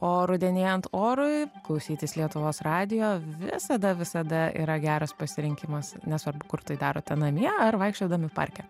o rudenėjant orui klausytis lietuvos radijo visada visada yra geras pasirinkimas nesvarbu kur tai darote namie ar vaikščiodami parke